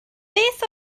beth